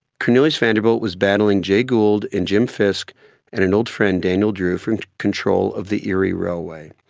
cornelius vanderbilt was battling jay gould and jim fisk and an old friend daniel drew for control of the erie railway.